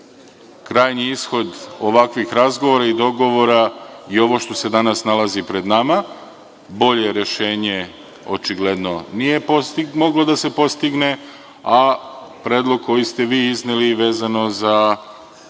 više. Krajnji ishod ovakvih razgovora i dogovora je ovo što se danas nalazi pred nama. Bolje rešenje očigledno nije moglo da se postigne, a predlog koji ste vi izneli vezano za